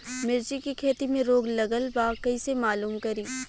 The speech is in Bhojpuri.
मिर्ची के खेती में रोग लगल बा कईसे मालूम करि?